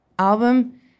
album